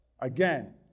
Again